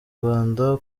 rwanda